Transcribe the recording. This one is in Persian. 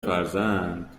فرزند